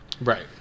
right